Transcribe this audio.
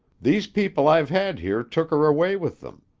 these people i've had here took her away with them.